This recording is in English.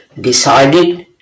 decided